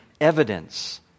evidence